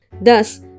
Thus